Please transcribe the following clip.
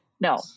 no